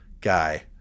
guy